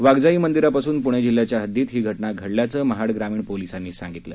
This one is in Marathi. वाघजाई मंदिरापासून प्णे जिल्हयाच्या हद्दीत ही घटना घडल्याचं महाड ग्रामीण पोलिसांनी सांगितलं